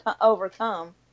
overcome